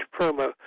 promo